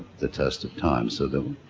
the test of time so that